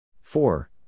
Four